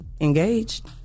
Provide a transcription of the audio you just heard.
Engaged